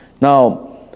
Now